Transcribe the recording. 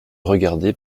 regarder